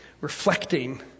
reflecting